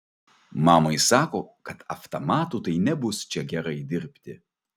mamai sako kad avtamatu tai nebus čia gerai dirbti